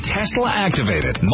Tesla-activated